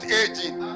aging